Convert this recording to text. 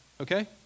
okay